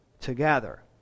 together